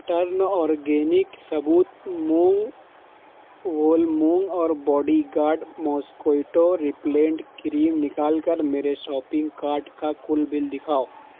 turn organic ثبوت مونگ whole مونگ اور body guard mosquito repellent cream نکال کر میرے شاپنگ کارٹ کا کل بل دکھاؤ